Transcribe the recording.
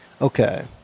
Okay